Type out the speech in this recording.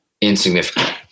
insignificant